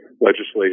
legislation